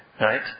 Right